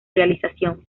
realización